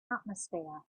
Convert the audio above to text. atmosphere